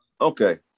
Okay